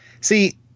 See